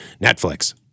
netflix